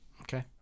Okay